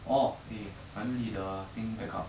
orh eh finally the thing back up